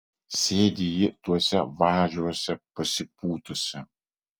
sėdi ji tuose važiuose pasipūtusi